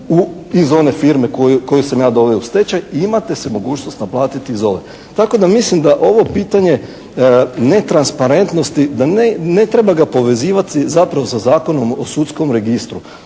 iz one firme koju sam ja doveo u stečaj i imate se mogućnost naplatiti iz ove. Tako da mislim da ovo pitanje netransparentnosti da ne treba ga povezivati zapravo za Zakonom o sudskom registru.